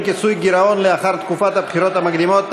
(כיסוי גירעון לאחר תקופת הבחירות המקדימות),